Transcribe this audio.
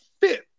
fifth